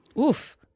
Oof